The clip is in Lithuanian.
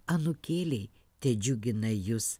anūkėliai tedžiugina jus